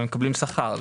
הם מקבלים שכר.